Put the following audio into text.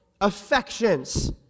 affections